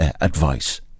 advice